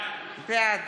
בעד